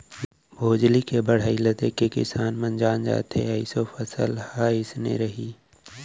भोजली के बड़हई ल देखके किसान मन जान जाथे के ऑसो फसल ह अइसन रइहि